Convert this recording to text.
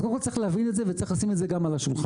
אז קודם כל צריך להבין את זה וצריך לשים את זה גם על השולחן.